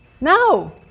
No